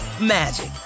magic